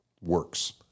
works